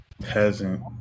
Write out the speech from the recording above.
Peasant